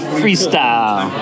freestyle